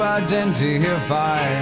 identify